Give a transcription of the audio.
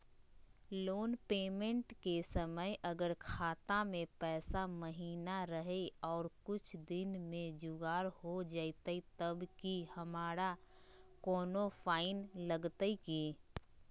Loan payment के समय अगर खाता में पैसा महिना रहै और कुछ दिन में जुगाड़ हो जयतय तब की हमारा कोनो फाइन लगतय की?